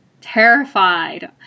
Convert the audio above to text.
Terrified